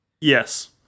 Yes